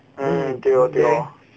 then 那些